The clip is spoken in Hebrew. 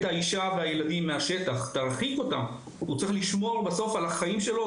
האישה והילדים מהשטח.״ כי בסוף הוא צריך לשמור על החיים שלו.